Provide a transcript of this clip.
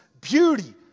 beauty